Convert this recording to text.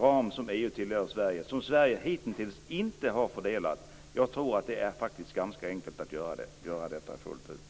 ram som EU tillåter Sverige, som Sverige hitintills inte har fördelat. Jag tror att det faktiskt är ganska enkelt att göra detta fullt ut. Tack!